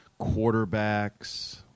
quarterbacks